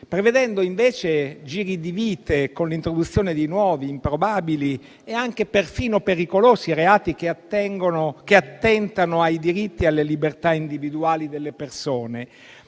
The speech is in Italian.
prevedendo invece giri di vite con l'introduzione di nuovi, improbabili e perfino pericolosi reati che attentano ai diritti e alle libertà individuali delle persone,